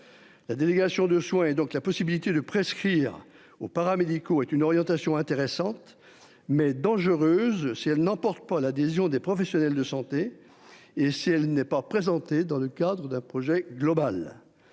La délégation de soins et donc la possibilité de prescrire aux paramédicaux est une orientation intéressante. Mais dangereuse si elle n'emporte pas l'adhésion des professionnels de santé et si elle n'est pas présenté dans le cadre d'un projet global.